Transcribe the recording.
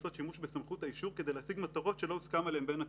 לעשות שימוש בסמכות האישור כדי להשיג מטרות שלא הוסכם עליהן בין הצדדים.